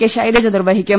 K ശൈ ലജ നിർവഹിക്കും